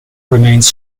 remains